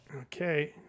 Okay